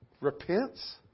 repents